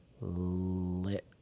lit